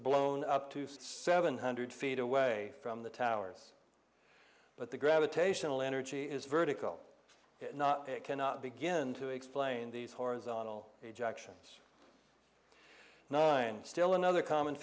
blown up to six seven hundred feet away from the towers but the gravitational energy is vertical not i cannot begin to explain these horizontal rejections nine still another common